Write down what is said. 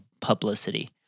publicity